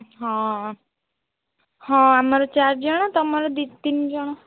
ହଁ ହଁ ଆମର ଚାରି ଜଣ ତୁମର ଦୁଇ ତିନି ଜଣ